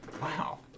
Wow